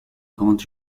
grandes